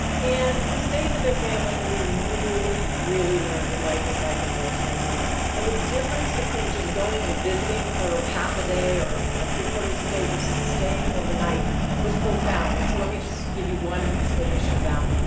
and we stayed with their family, and we really, really learned what life is like in rural tanzania. and the difference between just going and visiting for half a day or you know three quarters of a day versus staying overnight was profound, and so let me just give you one explanation of that.